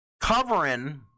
covering